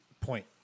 point